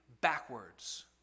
backwards